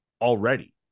already